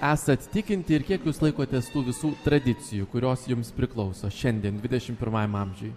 esat tikinti ir kiek jūs laikotės visų tradicijų kurios jums priklauso šiandien dvidešim pirmajam amžiuj